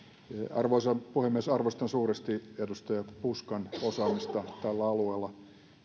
arvoisa puhemies arvostan suuresti edustaja puskan osaamista tällä alueella